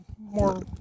More